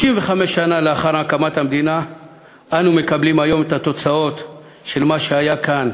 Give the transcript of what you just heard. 65 שנה לאחר הקמת המדינה אנו מקבלים היום את התוצאות של מה שהיה כאן